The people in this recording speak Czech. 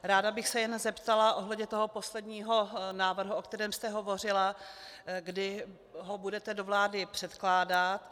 Ráda bych se jen zeptala ohledně posledního návrhu, o kterém jste hovořila, kdy ho budete do vlády předkládat.